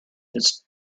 its